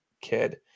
kid